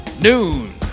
Noon